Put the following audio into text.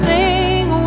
Sing